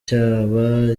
cyaba